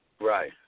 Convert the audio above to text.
right